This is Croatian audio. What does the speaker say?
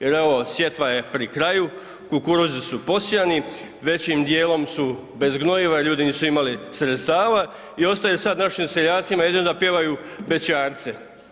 Jer evo, sjetva je pri kraju, kukuruzi su posijani, većim dijelom su bez gnojiva jer ljudi nisu imali sredstava i ostaju sad našim seljacima jedino da pjevaju bećarce.